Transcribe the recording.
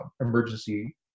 emergency